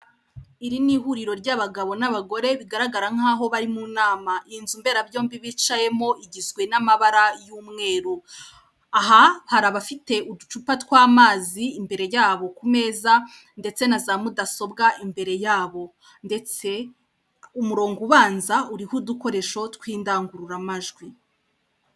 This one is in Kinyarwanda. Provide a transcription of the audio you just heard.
Iri ni ihuriro ry'abagabo n'abagore bigaragara nk'aho bari mu nama, inzu mberabyombi bicayemo igizwe n'amabara y'umweru, aha hari abafite uducupa tw'amazi imbere yabo ku meza, ndetse na za mudasobwa imbere yabo, ndetse umurongo ubanza uriho udukoresho tw'indangururamajwi.